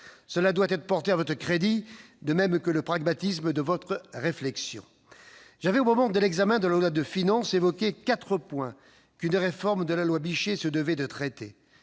Cela doit être porté à votre crédit, de même que le pragmatisme de votre réflexion. Au moment de l'examen de la loi de finances, j'avais évoqué les quatre points qu'une réforme de la loi Bichet se devait de traiter